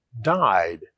died